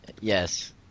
Yes